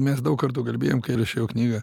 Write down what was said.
mes daug kartų kalbėjom kai rašiau knygą